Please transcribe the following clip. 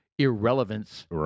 Irrelevance